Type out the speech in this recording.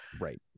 Right